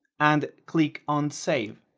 and click on save